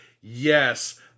yes